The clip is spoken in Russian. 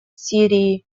сирии